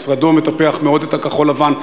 משרדו מטפח מאוד את הכחול-לבן.